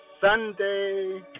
Sunday